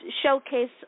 showcase